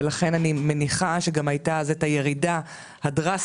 ולכן אני מניחה שאז גם היתה הירידה הדרסטית